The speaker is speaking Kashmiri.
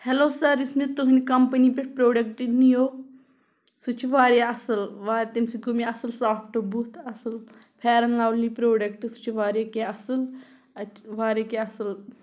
ہیلو سَر یُس مےٚ تُہٕنٛدِ کَمپٔنی پٮ۪ٹھ پرٛوڈَکٹ نِیاو سُہ چھِ واریاہ اَصٕل وا تمہِ سۭتۍ گوٚو مےٚ اَصٕل سافٹ بُتھ اَصٕل فیرَن لَولی پرٛوڈَکٹ سُہ چھِ واریاہ کینٛہہ اَصٕل اَتھ چھِ واریاہ کینٛہہ اَصٕل